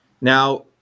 Now